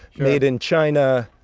made in china.